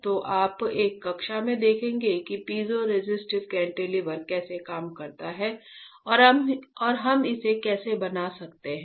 तो आप एक कक्षा में देखेंगे कि पीजो रेसिस्टिव केंटिलीवर कैसे काम करता है और हम इसे कैसे बना सकते हैं